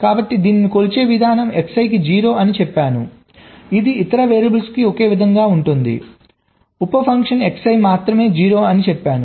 కాబట్టి దీనిని కొలిచే విధానం Xi కి 0 అని చెప్పాను ఇది ఇతర వేరియబుల్స్ ఒకే విధంగా ఉండే ఉప ఫంక్షన్ Xi మాత్రమే 0 అని చెప్పాను